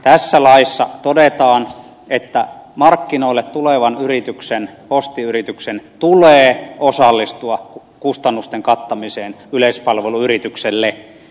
tässä laissa todetaan että markkinoille tulevan postiyrityksen tulee osallistua kustannusten kattamiseen yleispalveluyritykselle